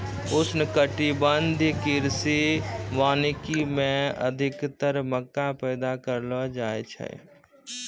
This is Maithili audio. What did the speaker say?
उष्णकटिबंधीय कृषि वानिकी मे अधिक्तर मक्का पैदा करलो जाय छै